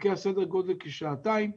לוקח כשעתיים,